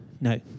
No